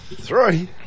Three